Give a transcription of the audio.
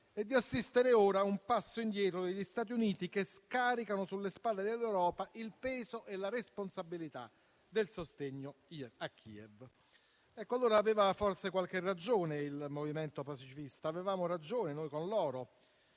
e di assistere ora a un passo indietro degli Stati Uniti, che scaricano sulle spalle dell'Europa il peso e la responsabilità del sostegno a Kiev. Allora aveva forse qualche ragione il movimento pacifista e avevamo ragione noi con loro,